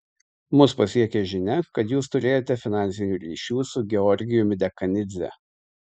mus pasiekė žinia kad jūs turėjote finansinių ryšių su georgijumi dekanidze